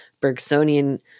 Bergsonian